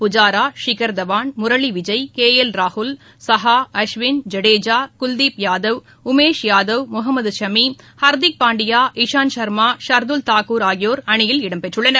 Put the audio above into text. Pujara Shikhar Dhawan முரளிவிஜய் K L ராகுல் சகா அஸ்வின் ஜடேஜா குல்தீப் யாதவ் உமேஷ் யாதவ் முகமது ஷமி ஹர்திக் பாண்டியா இஷாந்த் சர்மா ஷர்துல் தாக்கூர் ஆகியோர் இடம்பெற்றுள்ளனர்